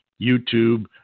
YouTube